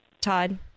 Todd